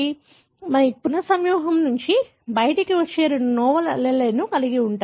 కాబట్టి మీరు పునః సంయోగం నుండి బయటకు వచ్చే రెండు నోవెల్ అల్లెల్లను కలిగి ఉంటారు